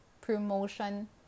promotion